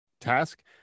task